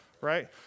right